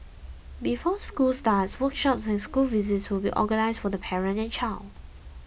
before school starts workshops and school visits will be organised for the parent and child